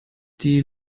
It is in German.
die